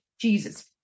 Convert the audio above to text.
Jesus